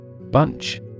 Bunch